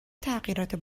تغییرات